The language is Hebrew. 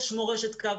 יש מורשת קרב.